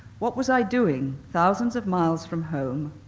what was i doing thousands of miles from home,